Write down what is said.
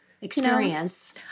experience